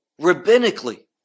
rabbinically